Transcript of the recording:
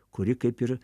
kuri kaip ir